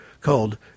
called